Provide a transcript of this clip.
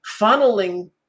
funneling